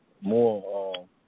more